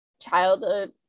childhood